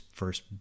first